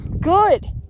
good